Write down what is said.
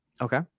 Okay